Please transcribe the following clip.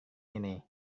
ini